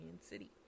city